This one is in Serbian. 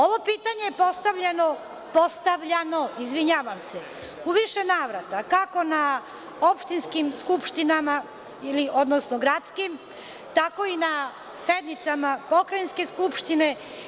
Ovo pitanje je postavljano u više navrata, kako na opštinskim skupštinama, odnosno gradskim, tako i na sednicama pokrajinske skupštine.